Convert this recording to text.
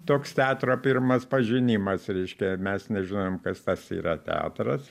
toks teatro pirmas pažinimas reiškia mes nežinojom kas tas yra teatras